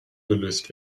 gelöst